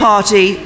Party